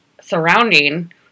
surrounding